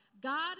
God